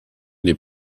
les